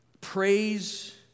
praise